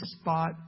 spot